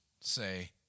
say